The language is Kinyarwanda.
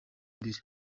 imbere